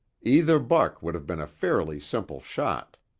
either buck would have been a fairly simple shot.